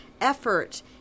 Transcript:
effort